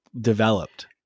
developed